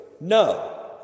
No